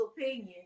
opinion